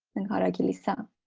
and gharakilisa